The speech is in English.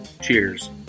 cheers